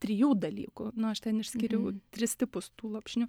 trijų dalykų nu aš ten išskyriau tris tipus tų lopšinių